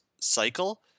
cycle